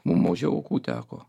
mum mažiau aukų teko